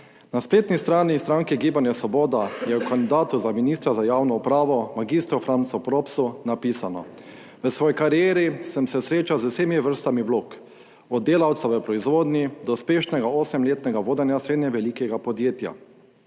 Na spletni strani stranke Gibanje Svoboda je o kandidatu za ministra za javno upravo mag. Francu Propsu napisano: "V svoji karieri sem se srečal z vsemi vrstami vlog od delavca v proizvodnji do uspešnega osemletnega vodenja srednje velikega podjetja.